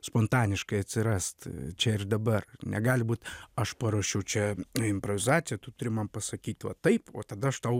spontaniškai atsirast čia ir dabar negali būt aš paruošiau čia improvizaciją tu turi man pasakyt va taip o tada aš tau